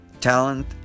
talent